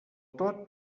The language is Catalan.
tot